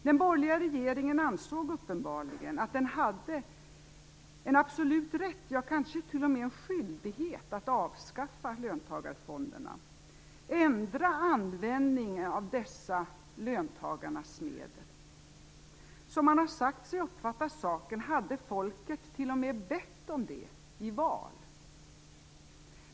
Den borgerliga regeringen ansåg uppenbarligen att den hade en absolut rätt, ja kanske t.o.m. en skyldighet, att avskaffa löntagarfonderna, att ändra användningen av dessa löntagarnas medel. Som man har sagt sig uppfatta saken hade folket t.o.m. bett om det i val.